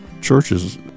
churches